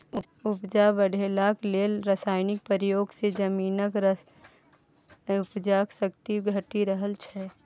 उपजा बढ़ेबाक लेल रासायनक प्रयोग सँ जमीनक उपजाक शक्ति घटि रहल छै